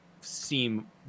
seem